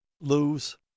lose